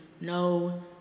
no